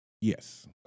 Yes